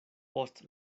post